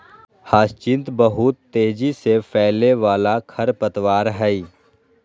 hyacinth बहुत तेजी से फैलय वाला खरपतवार हइ